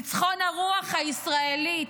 ניצחון הרוח הישראלית,